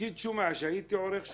כפקיד שומה שהייתי עורך שומות,